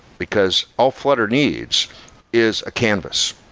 because all flutter needs is a canvas.